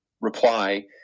reply